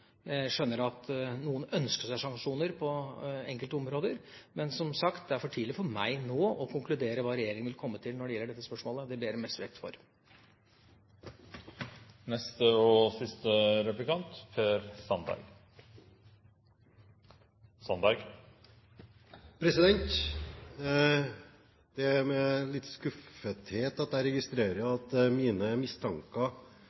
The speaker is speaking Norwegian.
Jeg skjønner at noen ønsker seg sanksjoner på enkelte områder. Men, som sagt, det er for tidlig for meg nå å konkludere på hva regjeringa vil komme til når det gjelder dette spørsmålet. Det ber jeg om respekt for. Det er med litt skuffelse jeg registrerer at mine mistanker når det